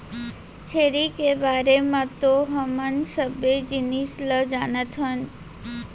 छेरी के बारे म तो हमन सबे जिनिस ल जानत हन